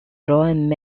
john